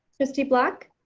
trustee black.